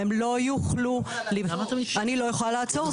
והם לא יוכלו --- אני לא יכולה לעצור,